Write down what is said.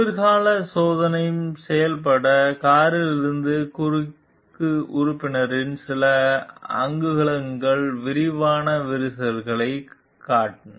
குளிர்கால சோதனை செய்யப்பட்ட காரிலிருந்து குறுக்கு உறுப்பினரின் சில அங்குலங்கள் விரிவான விரிசலைக் காட்டின